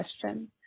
question